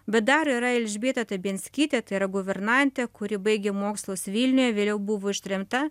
bet dar yra elžbieta tibenskytė tai yra guvernantę kuri baigė mokslus vilniuj vėliau buvo ištremta